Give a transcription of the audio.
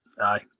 aye